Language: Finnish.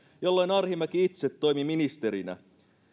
jolloin arhinmäki itse toimi ministerinä